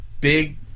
big